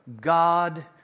God